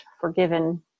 forgiven